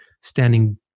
standing